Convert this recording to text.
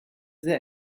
there